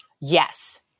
Yes